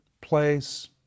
place